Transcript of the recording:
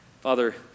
Father